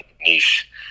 niche